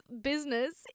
business